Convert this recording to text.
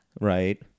Right